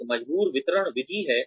एक मजबूर वितरण विधि है